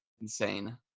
insane